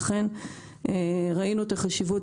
לכן ראינו את החשיבות,